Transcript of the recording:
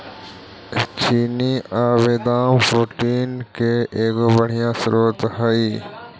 चिनिआबेदाम protein के एगो बढ़ियाँ स्रोत हई